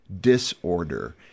disorder